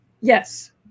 Yes